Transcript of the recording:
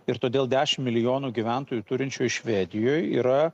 ir todėl dešim milijonų gyventojų turinčioje švedijoj yra